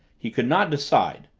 he could not decide,